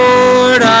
Lord